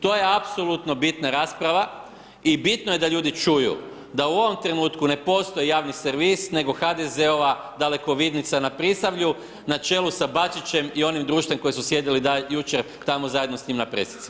To je apsolutno bitna rasprava i bitno je da ljudi čuju, da u ovom trenutku ne postoji javni servis nego HDZ-ova dalekovidnica na Prisavlju na čelu sa Bačićem i onim društvom koje su sjedili jučer tamo zajedno s njim na presici.